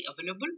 available